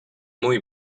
muy